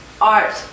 art